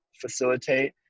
facilitate